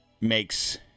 Makes